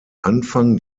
anfang